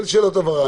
אין שאלות הבהרה.